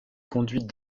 conduite